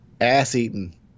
ass-eating